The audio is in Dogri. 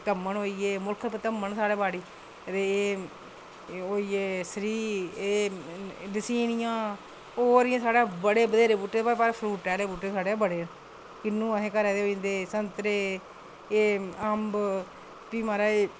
धम्मन होइये मुल्ख धम्मन साढ़ी बाड़ी ते एह् होइये सरी एह् लसीनियां होर बी इं'या साढ़े बत्हेरे बूह्टे बाऽ फल फ्रूटै आह्ले बूह्टे साढ़े बड़े न किन्ने असें घरै दे होई जंदे संतरे एह् अम्ब भी महाराज